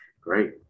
Great